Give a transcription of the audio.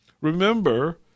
Remember